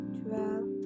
twelve